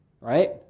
right